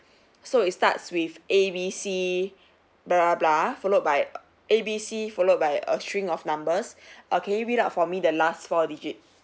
so it starts with A B C blah blah blah followed by A B C followed by a string of numbers uh can you read out for me the last four digit